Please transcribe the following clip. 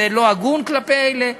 זה לא הגון כלפי אלה.